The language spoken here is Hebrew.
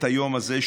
את היום הזה,